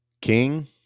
King